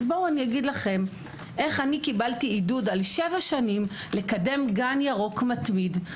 אגיד לכם איך אני קיבלתי עידוד על שבע שנים שבהן קידמתי גן ירוק מתמיד.